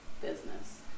business